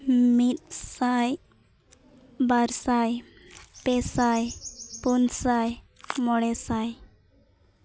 ᱢᱤᱫᱥᱟᱭ ᱵᱟᱨᱥᱟᱭ ᱯᱮᱥᱟᱭ ᱯᱩᱱᱥᱟᱭ ᱢᱚᱬᱮᱥᱟᱭ